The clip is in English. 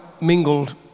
mingled